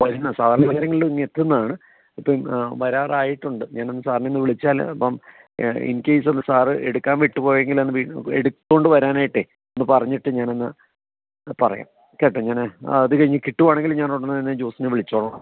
വരുന്ന സാർ വൈകുന്നേരങ്ങളിൽ ഇങ്ങ് എത്തുന്നതാണ് ഇപ്പം വരാറായിട്ടുണ്ട് ഞാനൊന്ന് സാറിനെ ഒന്നു വിളിച്ചാൽ അപ്പം ഇൻകേസ് അത് സാർ എടുക്കാൻ വിട്ടുപോയെങ്കിൽ എടുത്തതു കൊണ്ട് വരാനായിട്ടേ ഒന്നു പറഞ്ഞിട്ട് ഞാനൊന്നു പറയാം കേട്ടോ ഞാൻ അതു കഴിഞ്ഞ് കിട്ടുകയാണെങ്കിൽ ഞാനുടനെ തന്നെ ജോസിനെ വിളിച്ചോളാം